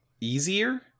easier